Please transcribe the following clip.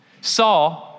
Saul